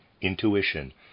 intuition